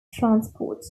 transport